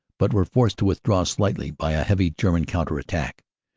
but were forced to vithdraw slightly by a heavy german counter attack.